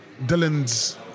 Dylan's